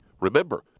Remember